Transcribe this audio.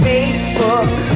Facebook